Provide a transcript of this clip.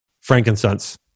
Frankincense